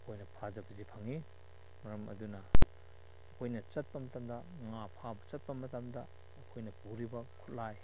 ꯑꯩꯈꯣꯏꯅ ꯐꯥꯖꯕꯁꯤ ꯐꯪꯉꯤ ꯃꯔꯝ ꯑꯗꯨꯅ ꯑꯩꯈꯣꯏꯅ ꯆꯠꯄ ꯃꯇꯝꯗ ꯉꯥ ꯐꯥꯕ ꯆꯠꯄ ꯃꯇꯝꯗ ꯑꯩꯈꯣꯏꯅ ꯄꯨꯔꯤꯕ ꯈꯨꯠꯂꯥꯏ